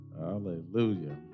Hallelujah